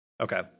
Okay